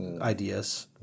ideas